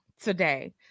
today